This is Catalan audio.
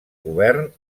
govern